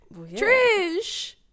Trish